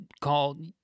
called